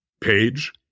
page